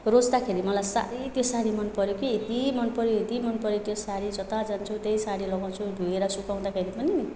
रोज्दाखेरि मलाई साह्रै त्यो साडी मन पर्यो कि यति मन पर्यो यति मन पर्यो त्यो साडी जता जान्छु त्यही साडी लगाउँछु धोएर सुकाउँदाखेरि पनि